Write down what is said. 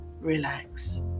relax